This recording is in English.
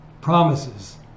promises